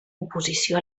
oposició